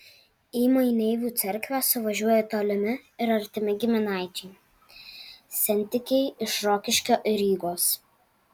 į maineivų cerkvę suvažiuoja tolimi ir artimi giminaičiai sentikiai iš rokiškio ir rygos